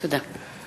תודה.